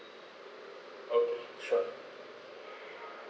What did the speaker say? okay sure